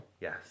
yes